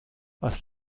was